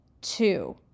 two